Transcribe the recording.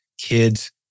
kids